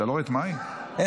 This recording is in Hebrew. שלוש דקות,